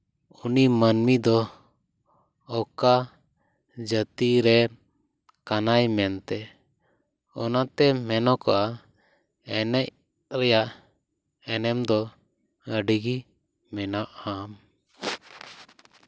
ᱩᱱᱤ ᱢᱟᱹᱱᱢᱤ ᱫᱚ ᱚᱠᱟ ᱡᱟᱹᱛᱤ ᱨᱮᱱ ᱠᱟᱱᱟᱭ ᱢᱮᱱᱛᱮ ᱚᱱᱟᱛᱮ ᱢᱮᱱᱚᱜᱚᱜᱼᱟ ᱮᱱᱮᱡ ᱨᱮᱭᱟᱜ ᱮᱱᱮᱢ ᱫᱚ ᱟᱹᱰᱤᱜᱮ ᱢᱮᱱᱟᱜᱼᱟ